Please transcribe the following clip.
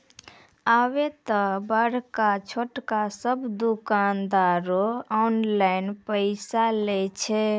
आबे त बड़का छोटका सब दुकानदारें ऑनलाइन पैसा लय छै